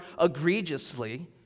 egregiously